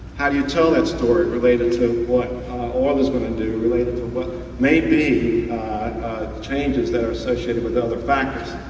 how do you tell that story related to what oil is gonna and do related to what may be changes that are associated with other factors?